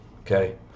okay